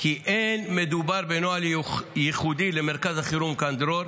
כי לא מדובר בנוהל ייחודי למרכז החירום "קן דרור".